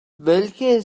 welche